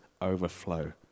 overflow